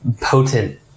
potent